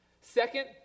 Second